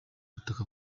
butaka